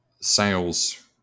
sales